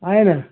आहे ना